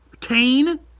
Kane